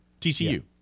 TCU